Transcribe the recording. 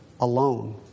alone